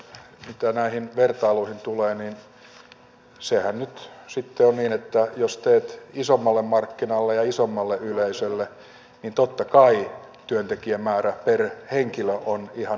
mitä näihin vertailuihin tulee niin sehän nyt sitten on niin että jos teet isommalle markkinalle ja isommalle yleisölle niin totta kai työntekijämäärä per henkilö on ihan eri luokkaa